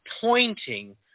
pointing